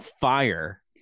fire